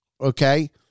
okay